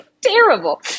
terrible